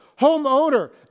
homeowner